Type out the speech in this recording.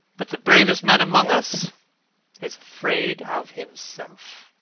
but the bravest man amongst us is afraid of himself.